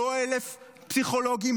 לא 1,000 פסיכולוגים,